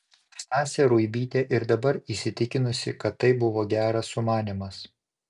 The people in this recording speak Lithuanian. stasė ruibytė ir dabar įsitikinusi kad tai buvo geras sumanymas